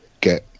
get